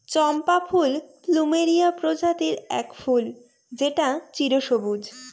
চম্পা ফুল প্লুমেরিয়া প্রজাতির এক ফুল যেটা চিরসবুজ